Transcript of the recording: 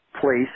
place